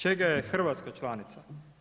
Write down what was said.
Čega je Hrvatska članica?